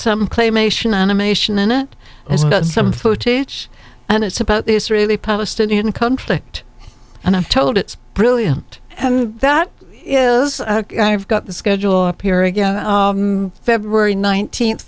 some claymation animation in it as some footage and it's about the israeli palestinian conflict and i'm told it's brilliant that i've got the schedule up here again february nineteenth